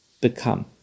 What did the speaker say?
become